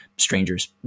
strangers